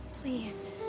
please